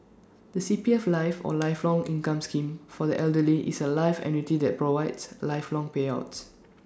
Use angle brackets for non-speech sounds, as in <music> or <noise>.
the C P F life or lifelong income scheme for the elderly is A life annuity that provides lifelong payouts <noise>